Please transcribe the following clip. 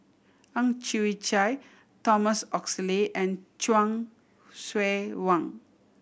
Ang Chwee Chai Thomas Oxley and Chuang Hsueh Fang